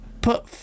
put